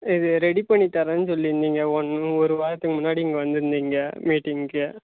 இது ரெடி பண்ணி தரேன்னு சொல்லிருந்தீங்க ஒன் ஒரு வாரத்துக்கு முன்னாடி இங்கே வந்துருந்தீங்க மீட்டிங்க்கு